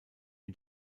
mit